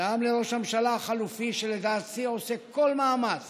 וגם לראש הממשלה החליפי, שלדעתי עושה כל מאמץ